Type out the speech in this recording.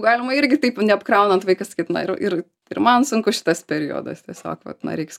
galima irgi taip neapkraunant vaiko sakyt na ir ir ir man sunkus šitas periodas tiesiog vat na reiks